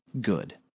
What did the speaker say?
good